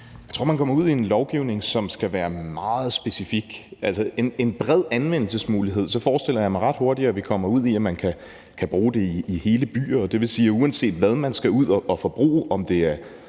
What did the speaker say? Jeg tror, man kommer ud i en lovgivning, som skal være meget specifik. Med en bred anvendelsesmulighed forestiller jeg mig ret hurtigt, at vi kommer ud i, at man kan bruge det i hele byer, og det vil sige, at uanset hvad man skal ud og forbruge, om det er